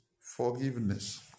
forgiveness